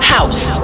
House